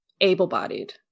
able-bodied